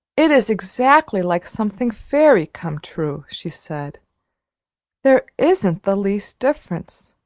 it is exactly like something fairy come true, she said there isn't the least difference.